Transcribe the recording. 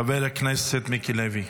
חבר הכנסת מיקי לוי.